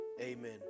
Amen